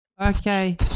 Okay